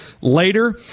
later